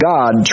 God